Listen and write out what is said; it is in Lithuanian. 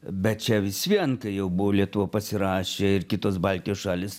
bet čia vis vien kai jau buvo lietuva pasirašė ir kitos baltijos šalys